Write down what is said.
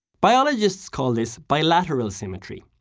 biologists call this bilateral symmetry.